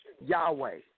Yahweh